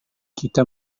kita